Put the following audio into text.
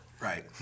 right